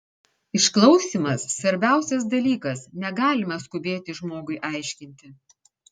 išklausymas svarbiausias dalykas negalima skubėti žmogui aiškinti